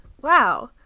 wow